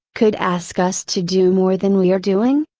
could ask us to do more than we are doing?